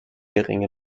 geringe